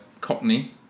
cockney